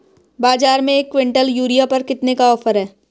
बाज़ार में एक किवंटल यूरिया पर कितने का ऑफ़र है?